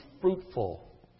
fruitful